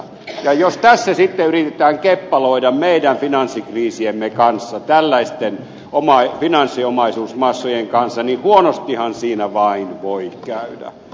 jos tässä sitten yritetään keppaloida meidän finanssikriisiemme kanssa tällaisten finanssiomaisuusmassojen kanssa niin huonostihan siinä vain voi käydä